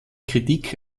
kritik